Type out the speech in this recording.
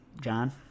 John